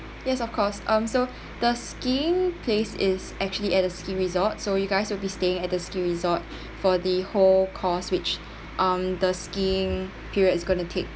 yes of course um so the skiing place is actually at the ski resort so you guys will be staying at the ski resort for the whole course which um the skiing period's going to take